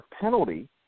penalty